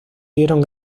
dieron